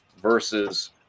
versus